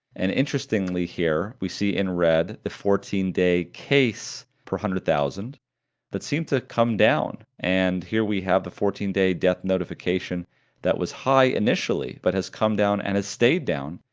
and interestingly here, we see in red the fourteen day case per one hundred thousand that seem to come down, and here we have the fourteen day death notification that was high initially, but has come down and has stayed down,